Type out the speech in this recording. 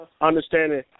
understanding